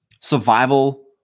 survival